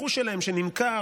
הרכוש שלהם שנמכר,